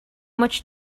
much